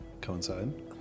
coincide